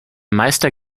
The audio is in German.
meister